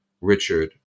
Richard